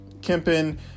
Kempin